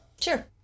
Sure